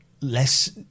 less